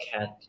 Cat